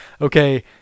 okay